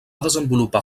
desenvolupar